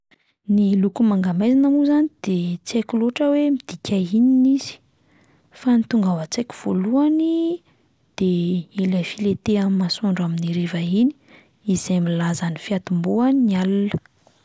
Ny loko manga maizina moa izany de tsy haiko loatra hoe midika inona izy, fa ny tonga ao an-tsaiko voalohany de ilay filentehan'ny masoandro amni'ny hariva iny izay milaza ny fiantombohan'ny alina.